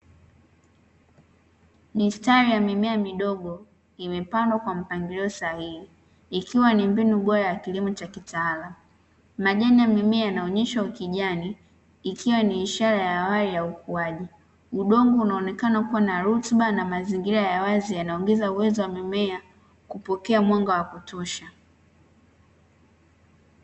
Mistari ya mimea midogo imepandwa kwa mpangilio sahihi, ikiwa ni mbinu bora ya kilimo cha kitaalamu. Majani ya mimea yanaonyesha ukijani, ikiwa ni ishara ya awali ya ukuaji. Udongo unaonekana kuwa na rutuba, na mazingira ya wazi yanaongeza uwezo wa mimea kupokea mwanga wa kutosha.